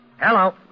Hello